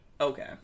Okay